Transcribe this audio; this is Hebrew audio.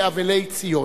כאבלי ציון.